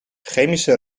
chemische